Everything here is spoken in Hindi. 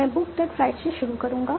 मैं बुक दैट फ्लाइट से शुरुआत करूंगा